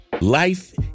Life